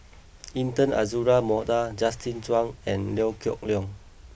Intan Azura Mokhtar Justin Zhuang and Liew Geok Leong